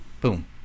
Boom